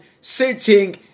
sitting